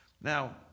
Now